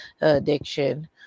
Addiction